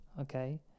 okay